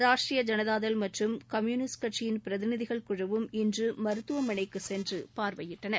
ராஷ்டிரிய ஜனதா தள் மற்றும் கம்யூனிஸ்ட் கட்சியின் பிரதிநிதிகள் குழுவும் இன்று மருத்துவமனைக்கு சென்று பார்வையிட்டன